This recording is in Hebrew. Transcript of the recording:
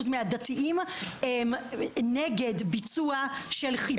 מהדתיים נגד ביצוע של חיפוש חמץ בתיקי המבקרים.